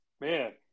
man